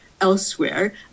elsewhere